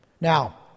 Now